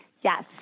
Yes